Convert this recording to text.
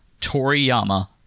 Toriyama